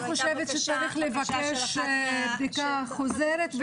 אני חושבת שצריך לבקש בדיקה חוזרת,